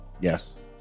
Yes